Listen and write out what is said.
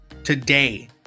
Today